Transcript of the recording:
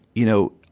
you know,